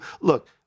Look